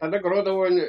tada grodavo